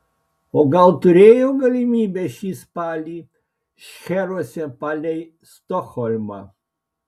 o gal turėjo galimybę šį spalį šcheruose palei stokholmą